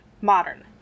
modern